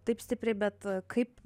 taip stipriai bet kaip